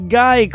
guy